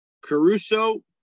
Caruso